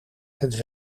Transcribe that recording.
het